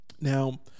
Now